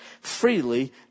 freely